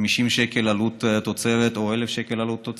תוצרת של 50 שקלים עלות או 1,000 שקל עלות,